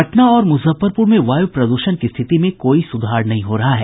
पटना और मुजफ्फरपुर में वायु प्रद्षण की स्थिति में कोई सुधार नहीं हो रहा है